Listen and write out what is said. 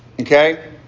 Okay